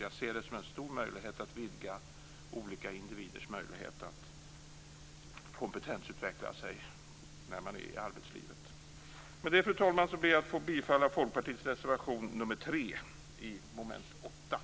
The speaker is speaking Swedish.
Jag ser det som en stor möjlighet att vidga olika individers möjlighet att kompetensutveckla sig när de är i arbetslivet. Fru talman! Med det ber jag att få yrka bifall till